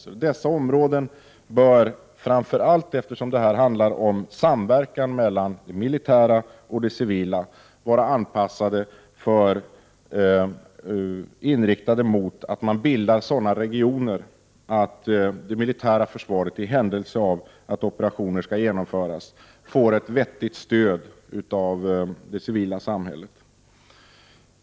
I fråga om dessa områden bör man framför allt — eftersom det handlar om en samverkan mellan det militära och det civila — vara inriktad på att bilda sådana regioner att det militära försvaret, i händelse av att operationer måste genomföras, får ett vettigt stöd av det civila samhället.